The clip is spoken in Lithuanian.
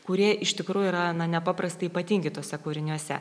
kurie iš tikrųjų yra nepaprastai ypatingi tuose kūriniuose